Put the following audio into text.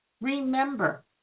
remember